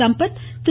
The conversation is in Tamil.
சம்பத் திரு